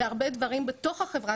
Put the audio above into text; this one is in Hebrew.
זה הרבה דברים בתוך החברה,